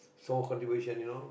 small contribution you know